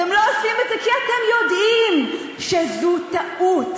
אתם לא עושים את זה כי אתם יודעים שזו טעות,